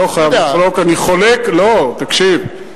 אני לא חייב לחלוק, אני חולק, לא, תקשיב.